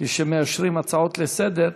כשמאשרים הצעות לסדר-היום,